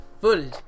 footage